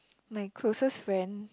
my closest friend